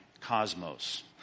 cosmos